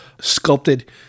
sculpted